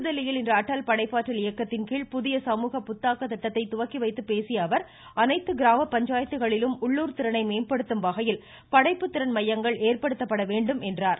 புதுதில்லியில் இன்று அடல் படைப்பாற்றல் இயக்கத்தின் கீழ் புதிய சமூக புத்தாக்க திட்டத்தை துவக்கி வைத்து பேசிய அவர் அனைத்து கிராம பஞ்சாயத்துக்களிலும் உள்ளுர் திறனை மேம்படுத்தும் வகையில் படைப்பு திறன் மையங்கள் ஏற்படுத்தப்பட வேண்டும் என்றார்